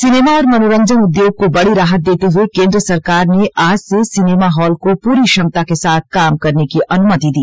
cinema और मनोरंजन उद्योग को बड़ी राहत देते हुए केन्द्र सरकार ने आज से सिनेमा हॉल को पूरी क्षमता के साथ काम करने की अनुमति दी